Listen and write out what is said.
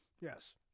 Yes